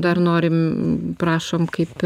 dar norim prašom kaip